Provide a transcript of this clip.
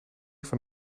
van